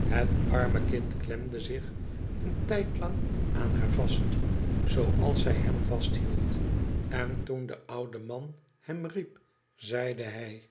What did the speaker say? het arme kmd klemde zich een tijdlang aan haar vast zooals zij hem vasthield en toen de oude man hem riep zeide hij